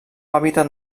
hàbitat